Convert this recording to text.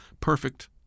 perfect